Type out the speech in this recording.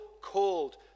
called